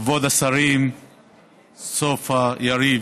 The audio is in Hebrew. כבוד השרים סופה, יריב,